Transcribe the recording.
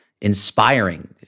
inspiring